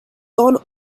gone